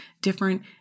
different